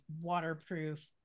waterproof